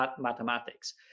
mathematics